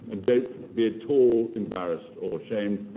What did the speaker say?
don't be at all embarrassed, or ashamed,